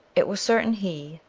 it was certainly he.